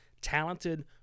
talented